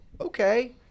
okay